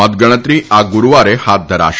મતગણતરી આ ગુરૂવારે હાથ ધરાશે